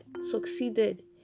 succeeded